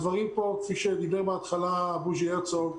כפי שדיבר בהתחלה בוז'י הרצוג,